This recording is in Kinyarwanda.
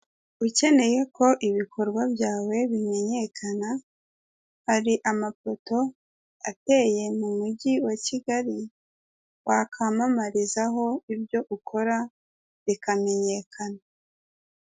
Ukeneye ko ibikorwa byawe bimenyekana hari amafoto ateye mu mujyi wa Kigali wakwimamarizaho ibyo ukora bikamenyekana.